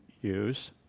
use